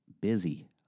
busy